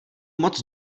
moc